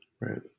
right